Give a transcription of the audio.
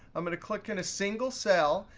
i'm going to click in a single cell,